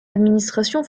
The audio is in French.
administration